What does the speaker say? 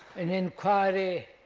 an enquiry